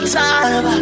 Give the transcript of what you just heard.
time